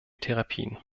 therapien